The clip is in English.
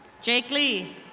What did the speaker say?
jake lee.